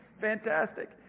Fantastic